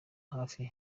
hafi